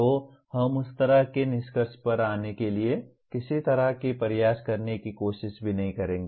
तो हम उस तरह के निष्कर्ष पर आने के लिए किसी तरह की प्रयास करने की कोशिश भी नहीं करेंगे